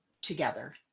together